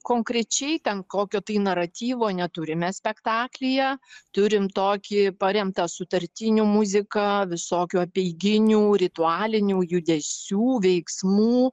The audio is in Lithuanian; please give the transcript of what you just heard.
konkrečiai ten kokio tai naratyvo neturime spektaklyje turim tokį paremtą sutartinių muzika visokių apeiginių ritualinių judesių veiksmų